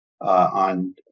on